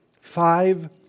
Five